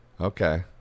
Okay